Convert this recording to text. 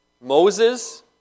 Moses